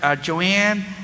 Joanne